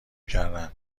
کردن